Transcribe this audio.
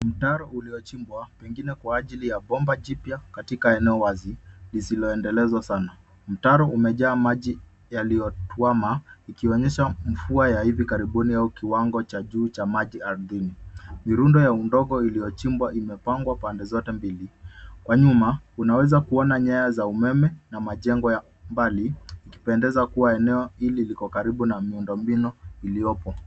Mtaro uliochimbwa pengine kwa ajili ya bomba jipya katika eneo wazi lisiloendelezwa sana. Mtaro umejaa maji yaliyotuama ikionyesha mvua ya hivi karibuni au kiwango cha juu cha maji ardhini. Ni rundo ya udongo iliyochimbwa imepangwa pande zote mbili. Kwa nyuma unaweza kuona nyaya za umeme na majengo ya umbali ikipendekeza kuwa eneo hili liko karibu na miundo mbinu iliyopo.